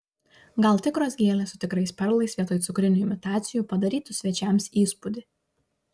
gal tikros gėlės su tikrais perlais vietoj cukrinių imitacijų padarytų svečiams įspūdį